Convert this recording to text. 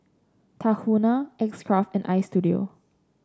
Tahuna X Craft and Istudio